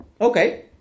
Okay